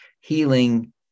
healing